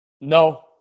no